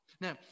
now